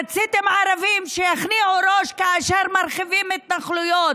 רציתם ערבים שירכינו ראש כאשר מרחיבים את התנחלויות.